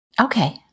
Okay